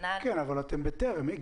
אתם בטרם,